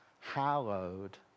hallowed